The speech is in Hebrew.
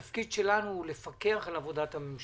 התפקיד שלנו הוא לפקח על עבודת הממשלה.